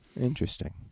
interesting